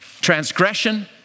transgression